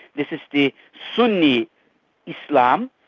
this is the sunni islam,